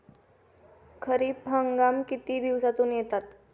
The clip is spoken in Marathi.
खरीप हंगाम किती दिवसातून येतात?